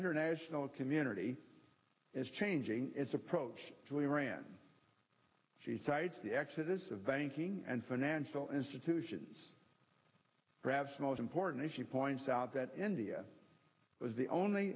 international community is changing its approach to iran she cites the exodus of banking and financial institutions perhaps most important as she points out that india was the only